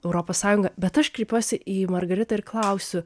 europos sąjungą bet aš kreipiuosi į margaritą ir klausiu